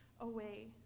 away